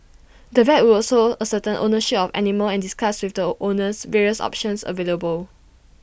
the vet also ascertain ownership of animal and discuss with the O owner various options available